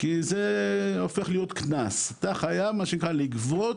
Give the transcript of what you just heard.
כי זה הופך להיות קנס, אתה חייב, מה שנקרא, לגבות,